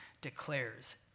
declares